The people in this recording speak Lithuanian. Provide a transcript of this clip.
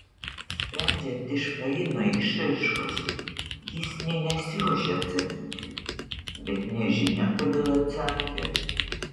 sprendžiant iš faino išraiškos jis nė nesiruošė atsakyti bet nežinia kodėl atsakė